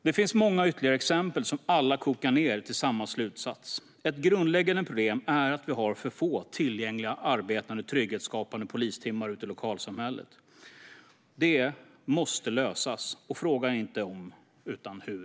Det finns många ytterligare exempel som alla kokar ned till samma slutsats: Ett grundläggande problem är att vi har för få tillgängliga arbetande och trygghetsskapande poliser ute i lokalsamhället. Det måste lösas, och frågan är inte om utan hur.